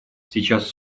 сейчас